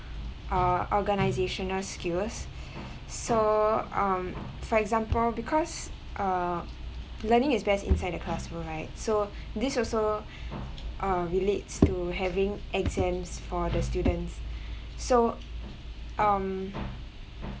uh organisational skills so um for example because uh learning is best inside the classroom right so this also uh relates to having exams for the students so um